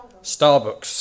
Starbucks